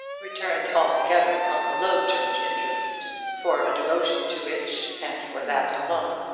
returned altogether on the low church interest for a devotion to which, and for that alone,